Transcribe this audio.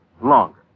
longer